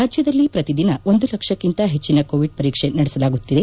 ರಾಜ್ಯದಲ್ಲಿ ಪ್ರತಿದಿನ ಒಂದು ಲಕ್ಷಕ್ಕಿಂತ ಹೆಚ್ಚಿನ ಕೋವಿಡ್ ಪರೀಕ್ಷೆ ನಡೆಸಲಾಗುತ್ತಿದೆ